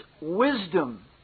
wisdom